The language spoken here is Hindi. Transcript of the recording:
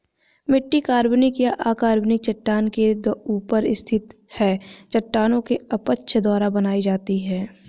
मिट्टी कार्बनिक या अकार्बनिक चट्टान के ऊपर स्थित है चट्टानों के अपक्षय द्वारा बनाई जाती है